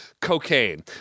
cocaine